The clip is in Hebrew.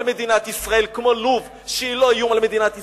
מדינת ישראל כמו לוב שהיא לא איום על מדינת ישראל.